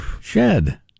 Shed